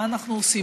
מה אנחנו עושים?